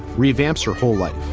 revamps her whole life.